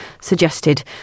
suggested